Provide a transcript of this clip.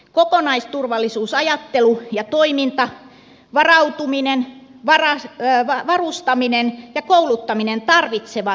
kokonaisturvallisuusajattelu ja toiminta varautuminen varustaminen ja kouluttaminen tarvitsevat elinkaariajattelumallia